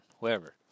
whoever